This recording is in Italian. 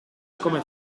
come